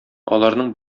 аларның